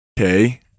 Okay